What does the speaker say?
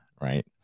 right